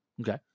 Okay